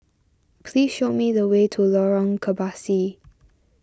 please show me the way to Lorong Kebasi